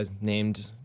named